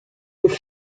jest